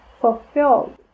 fulfilled